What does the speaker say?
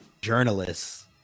journalists